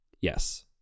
Yes